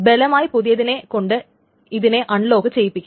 ബലമായി പുതിയതിനെ കൊണ്ട് ഇതിനെ അൺലോക്ക് ചെയ്യിപ്പിക്കും